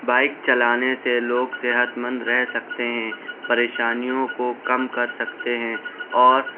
bike چلانے سے لوگ صحت مند رہ سکتے ہیں پریشانیوں کو کم کر سکتے ہیں اور